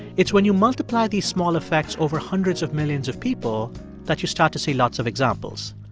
it's when you multiply these small effects over hundreds of millions of people that you start to see lots of examples.